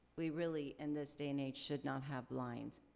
we really, in this day and age, should not have lines.